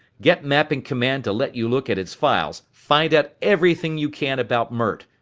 get mapping command to let you look at its files, find out everything you can about mert.